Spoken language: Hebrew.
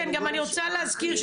אני רוצה להזכיר,